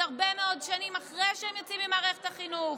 הרבה מאוד שנים אחרי שהם יוצאים ממערכת החינוך,